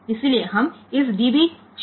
इसलिए हम इस db 0 पर जाते हैं